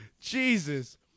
jesus